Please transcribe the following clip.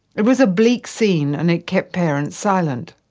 it was a bleak scene and it kept parents silent.